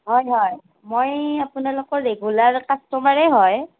হয় হয় মই আপোনালোকৰ ৰেগুলাৰ কাষ্টমাৰেই হয়